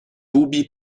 tubi